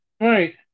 Right